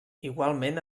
igualment